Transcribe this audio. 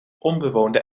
onbewoonde